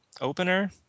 opener